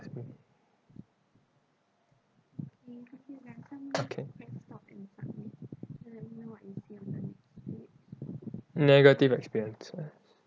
okay negative experience uh